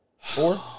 Four